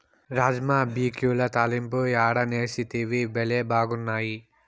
రాజ్మా బిక్యుల తాలింపు యాడ నేర్సితివి, బళ్లే బాగున్నాయి